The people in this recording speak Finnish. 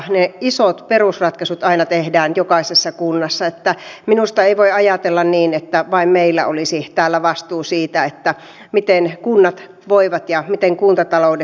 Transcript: valitettavaa ettei sinne lisää saatu mutta toki pitää käyttää ensin vanhat pois että me saamme sen digitalisaation kärkihankkeen realisoitumaan että miten kunnat voivat ja miten kuntatalouden